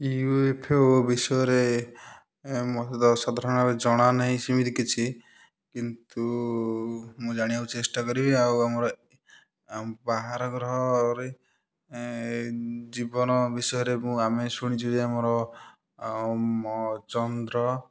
you F O ବିଷୟରେ ମୋତେ ତ ସାଧାରଣ ଭାବରେ ଜଣାନାହିଁ ସେମିତି କିଛି କିନ୍ତୁ ମୁଁ ଜାଣିବାକୁ ଚେଷ୍ଟା କରିବି ଆଉ ଆମର ବାହାର ଗ୍ରହରେ ଜୀବନ ବିଷୟରେ ମୁଁ ଆମେ ଶୁଣିଛୁ ଯେ ଆମର ଚନ୍ଦ୍ର